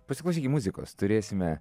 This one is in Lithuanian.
pasiklausykim muzikos turėsime